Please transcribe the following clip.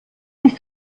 nicht